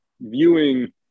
viewing